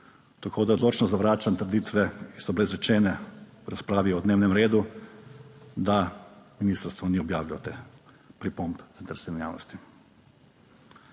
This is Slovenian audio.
tako da odločno zavračam trditve, ki so bile izrečene v razpravi o dnevnem redu, da ministrstvo ni objavilo pripomb zainteresirane javnosti.